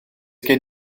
gen